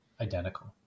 identical